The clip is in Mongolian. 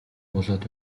болоод